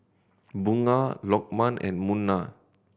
Bunga Lokman and Munah